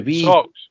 Socks